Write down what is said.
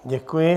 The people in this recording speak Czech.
Děkuji.